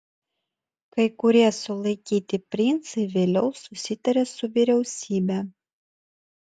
kai kurie sulaikyti princai vėliau susitarė su vyriausybe